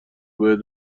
باید